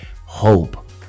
hope